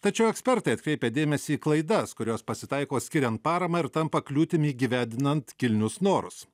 tačiau ekspertai atkreipia dėmesį į klaidas kurios pasitaiko skiriant paramą ir tampa kliūtimi įgyvedinant kilnius norus